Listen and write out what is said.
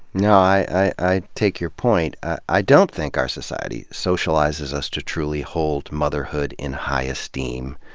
and i i take your point. i don't think our society socia lizes us to tru ly hold motherhood in high esteem,